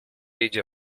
idzie